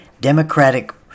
Democratic